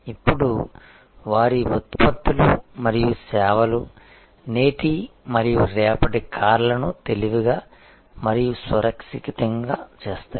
ఇప్పుడు వారి ఉత్పత్తులు మరియు సేవలు నేటి మరియు రేపటి కార్లను తెలివిగా మరియు సురక్షితంగా చేస్తాయి